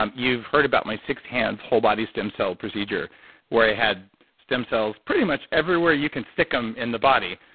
um you've heard about my six hands whole-body stem cell procedure where i had stem cells pretty much everywhere you can stick them in the body.